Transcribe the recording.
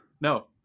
No